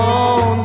on